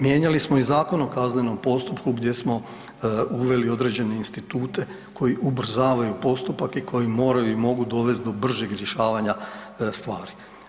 Mijenjali smo i Zakon o kaznenom postupku gdje smo uveli određene institute koji ubrzavaju postupak i koji moraju i mogu dovesti do bržeg rješavanja stvari.